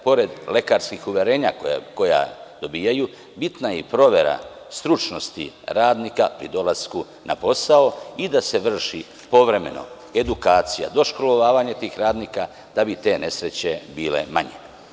Pored lekarskih uverenja koja dobijaju, bitna je i provera stručnosti radnika pri dolasku na posao i da se vrši povremeno edukacija, doškolovavanje tih radnika da bi te nesreće bile manje.